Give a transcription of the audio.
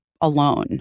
alone